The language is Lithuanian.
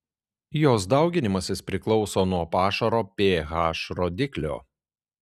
jos dauginimasis priklauso nuo pašaro ph rodiklio